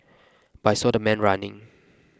but I saw the man running